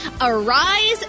arise